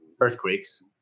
earthquakes